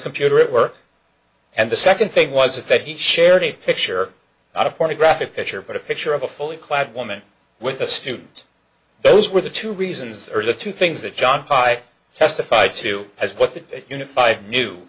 computer at work and the second thing was that he shared a picture not a pornographic picture but a picture of a fully clad woman with a student those were the two reasons are the two things that john pike testified to as what the unified knew